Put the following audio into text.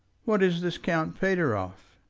what is this count pateroff?